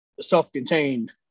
self-contained